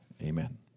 Amen